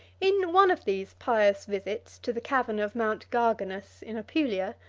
in one of these pious visits to the cavern of mount garganus in apulia,